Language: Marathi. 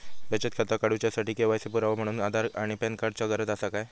बचत खाता काडुच्या साठी के.वाय.सी पुरावो म्हणून आधार आणि पॅन कार्ड चा गरज आसा काय?